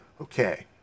Okay